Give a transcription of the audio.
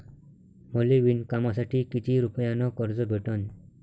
मले विणकामासाठी किती रुपयानं कर्ज भेटन?